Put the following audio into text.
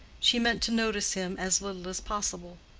she meant to notice him as little as possible.